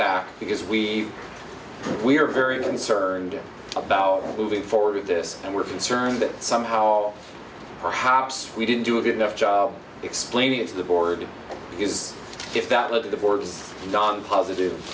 back because we we are very concerned about moving forward with this and we're concerned that somehow perhaps we didn't do a good enough job explaining it to the board is if that led to the board's non positive